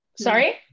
Sorry